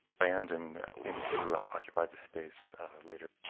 land and into occupy the space later.